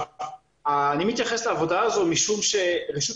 אני מתייחס לעבודה הזאת משום שרשות